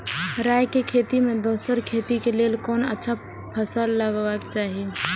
राय के खेती मे दोसर खेती के लेल कोन अच्छा फसल लगवाक चाहिँ?